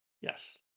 yes